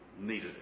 needed